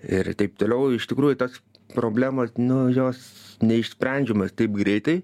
ir taip toliau iš tikrųjų tas problemos nu jos neišsprendžiamos taip greitai